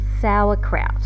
sauerkraut